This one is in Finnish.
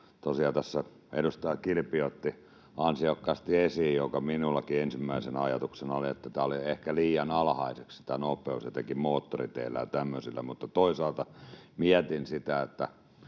tässä edustaja Kilpi otti ansiokkaasti esiin sen, mikä minullakin ensimmäisenä ajatuksena oli, että tämä nopeus oli ehkä liian alhaiseksi määritelty etenkin moottoriteillä ja tämmöisillä, mutta toisaalta mietin sitä, että